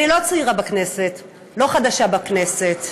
תראו, אני לא צעירה בכנסת, לא חדשה בכנסת.